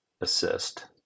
assist